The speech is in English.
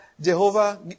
Jehovah